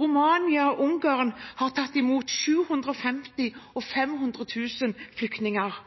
Romania og Ungarn har tatt imot 750 000 og 500 000 flyktninger.